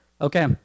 Okay